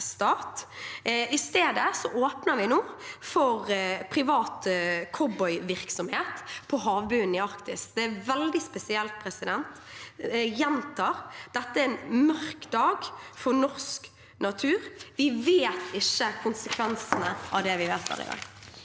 I stedet åpner vi nå for privat cowboy-virksomhet på havbunnen i Arktis. Det er veldig spesielt. Jeg gjentar: Dette er en mørk dag for norsk natur. Vi vet ikke konsekvensene av det vi vedtar i dag.